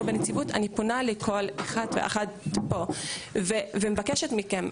בנציבות אני פונה לכל אחד ואחת פה ומבקשת מכם,